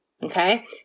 Okay